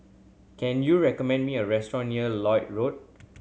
can you recommend me a restaurant near Lloyd Road